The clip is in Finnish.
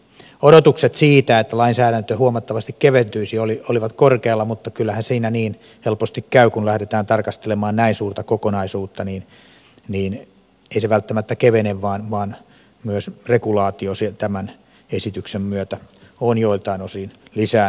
odotukset siitä että lainsäädäntö huomattavasti keventyisi olivat korkealla mutta kyllähän siinä niin helposti käy kun lähdetään tarkastelemaan näin suurta kokonaisuutta että ei se välttämättä kevene vaan regulaatio on myös tämän esityksen myötä joiltain osin lisääntymässä